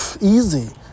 easy